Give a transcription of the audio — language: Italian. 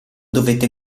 dovette